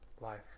life